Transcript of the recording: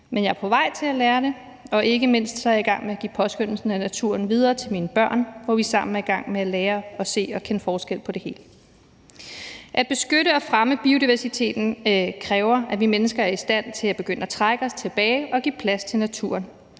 men jeg er på vej til at lære det. Og ikke mindst er jeg i gang med at give påskønnelsen af naturen videre til mine børn, og sammen er vi i gang med at lære at se og kende forskel på det hele. At beskytte og fremme biodiversiteten kræver, at vi mennesker er i stand til at begynde at trække os tilbage og give plads til naturen.